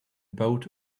boat